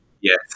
Yes